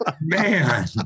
Man